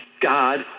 God